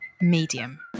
medium